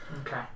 Okay